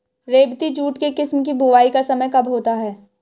रेबती जूट के किस्म की बुवाई का समय कब होता है?